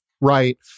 right